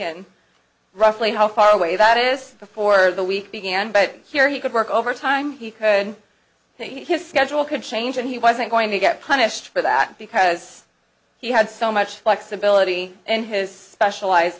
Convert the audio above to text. be roughly how far away that is before the week began but here he could work overtime he could and he his schedule could change and he wasn't going to get punished for that because he had so much flexibility in his specialized